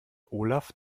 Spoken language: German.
olaf